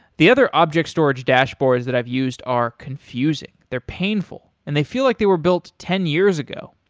the other object storage dashboards that i've used are confusing, they're painful, and they feel like they were built ten years ago.